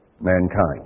mankind